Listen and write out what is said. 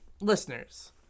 Listeners